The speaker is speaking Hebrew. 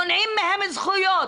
מונעים מהם זכויות,